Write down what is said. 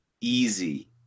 easy